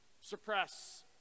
suppress